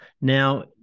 Now